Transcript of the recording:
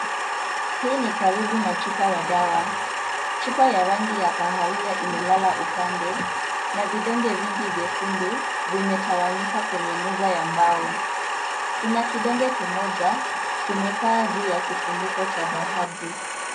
Hii ni karibu na chupa ya dawa ,chupa ya rangi ya kahawia imelala upande na vidonge vingi vyekundu vimetawanyika kwenye meza ya mbao kuna kidoge kimoja kimekaa juu ya kifuniko cha dhahabu.